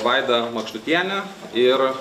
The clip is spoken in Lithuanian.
vaida makštutienė ir